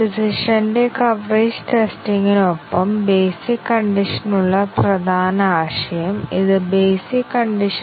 മതിയായ കവറേജ് കൈവരിച്ചിട്ടുണ്ടെങ്കിൽ statement coverage path coverage മുതലായവയാണ് ഞങ്ങൾ ആ തന്ത്രങ്ങൾക്കായി പരീക്ഷിക്കുന്നത്